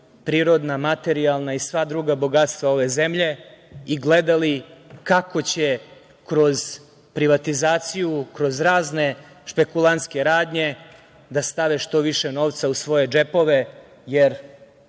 prirodna, materijalna i sva druga bogatstva ove zemlje i gledali kako će kroz privatizaciju, kroz razne špekulanske radnje, da stave što više novca u svoje džepove, jer